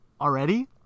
already